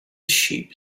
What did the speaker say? sheep